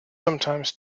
sometimes